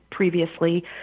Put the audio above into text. previously